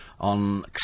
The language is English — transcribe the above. on